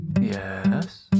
Yes